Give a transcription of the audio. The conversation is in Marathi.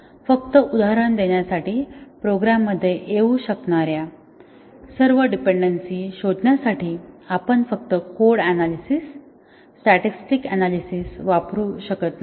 फक्त उदाहरण देण्यासाठी प्रोग्राम मध्ये येऊ शकणाऱ्या सर्व डिपेन्डन्सी शोधण्यासाठी आपण फक्त कोड अनालिसिस स्टॅटिस्टिक अनालिसिस वापरू शकत नाही